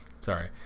Sorry